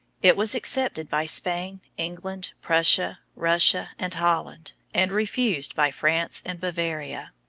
it was accepted by spain, england, prussia, russia, and holland, and refused by france and bavaria.